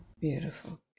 Beautiful